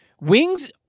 Wings